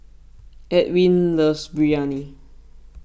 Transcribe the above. Ewin loves Biryani